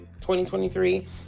2023